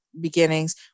beginnings